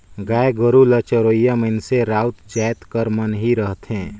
गाय गरू ल चरोइया मइनसे राउत जाएत कर मन ही रहथें